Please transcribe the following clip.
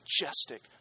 majestic